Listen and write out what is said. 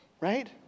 Right